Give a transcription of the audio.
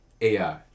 AI